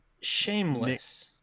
Shameless